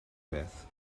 beth